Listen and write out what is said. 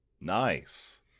Nice